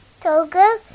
Toga